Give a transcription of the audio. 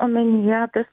omenyje tas